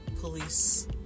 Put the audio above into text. police